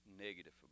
negative